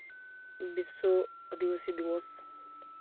ᱵᱤᱥᱥᱚ ᱟᱹᱫᱤᱵᱟᱹᱥᱤ ᱫᱤᱵᱚᱥ